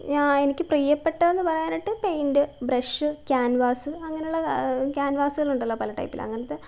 ഞാ എനിക്ക് പ്രിയ്യപ്പെട്ടതെന്നു പറയാനായിട്ട് പെയിൻറ്റ് ബ്രഷ് ക്യാൻവാസ് അങ്ങനെയുള്ള ക്യാൻവാസുകളുണ്ടല്ലോ പല ടൈപ്പിൽ അങ്ങനത്തെ